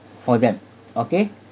for them okay